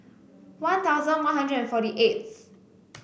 One Thousand One Hundred and forty eighth